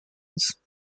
uns